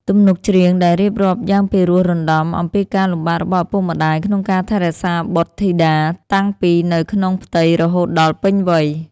ទំនុកច្រៀងដែលរៀបរាប់យ៉ាងពិរោះរណ្តំអំពីការលំបាករបស់ឪពុកម្តាយក្នុងការថែរក្សាបុត្រធីតា តាំងពីនៅក្នុងផ្ទៃរហូតដល់ពេញវ័យ